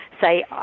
say